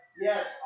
yes